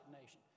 nation